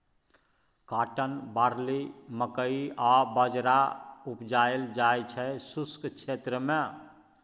cotton, barley, मकइ आ बजरा उपजाएल जाइ छै शुष्क क्षेत्र मे